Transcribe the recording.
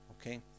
Okay